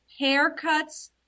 haircuts